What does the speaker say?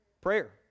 Prayer